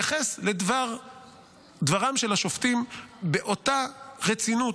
תתייחס לדברם של השופטים באותה רצינות